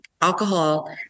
alcohol